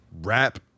rap